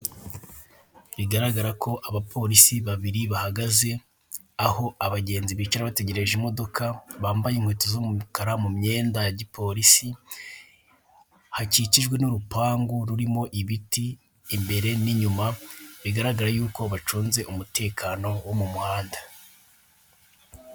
Bigaragara ko abapolisi babiri bahagaze aho abagenzi bicara bategereje imodoka, bambaye inkweto z'umukara mumyenda ya gipolisi. Hakikijwe n'urupangu rurimo ibiti imbere n'inyuma bigaragare yuko bacunze umutekano wo mu muhanda.